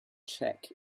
check